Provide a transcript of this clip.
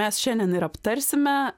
mes šiandien ir aptarsime